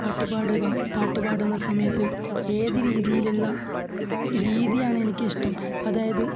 പാട്ട് പാടുക പാട്ട് പാടുന്ന സമയത്തും ഏടി രീതിയിലുള്ള രീതിയാണെനിക്കിഷ്ടം അതായത്